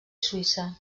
suïssa